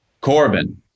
Corbin